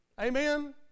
Amen